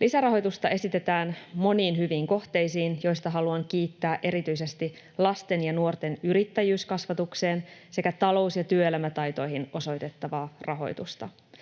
Lisärahoitusta esitetään moniin hyviin kohteisiin, joista haluan kiittää erityisesti lasten ja nuorten yrittäjyyskasvatukseen sekä talous- ja työelämätaitoihin osoitettavaa rahoitusta.